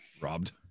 robbed